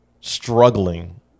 struggling